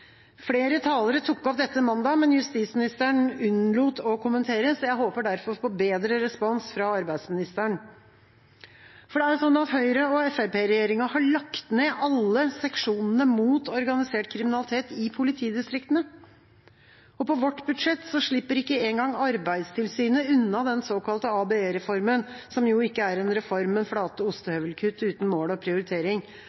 Flere talere tok opp dette på mandag, men justisministeren unnlot å kommentere det, så jeg håper derfor på bedre respons fra arbeidsministeren. Høyre–Fremskrittsparti-regjeringa har lagt ned alle seksjonene mot organisert kriminalitet i politidistriktene. På vårt budsjett slipper ikke engang Arbeidstilsynet unna den såkalte ABE-reformen, som jo ikke er en reform, men flate